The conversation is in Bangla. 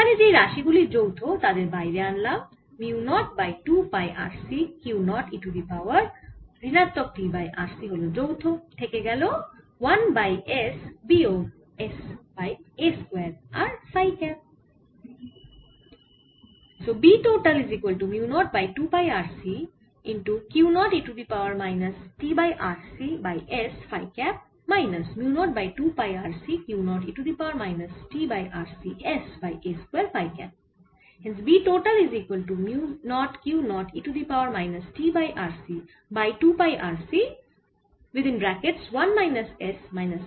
এখানে যেই রাশি গুলি যৌথ তাদের বাইরে আনলাম mu naught by 2 pi RC Q 0 e to the power ঋণাত্মক t বাই RC হল যৌথ থেকে গেল 1 বাই s বিয়োগ s বাই a স্কয়ার আর ফাই ক্যাপ